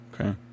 Okay